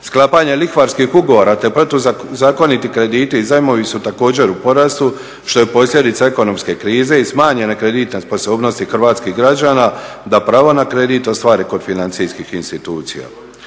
sklapanje lihvarskih ugovora te protuzakoniti krediti i zajmovi su također u porastu što je posljedica ekonomske krize i smanjenje kredita pa se … hrvatskih građana da pravo na kredit ostvare kod financijskih institucija.